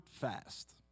fast